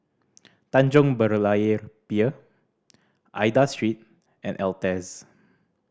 Tanjong Berlayer Pier Aida Street and Altez